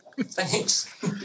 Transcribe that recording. Thanks